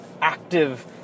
active